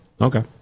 okay